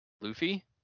Luffy